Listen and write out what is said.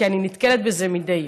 כי אני נתקלת בזה מדי יום.